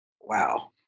wow